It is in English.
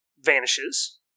vanishes